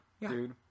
Dude